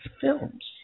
films